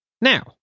Now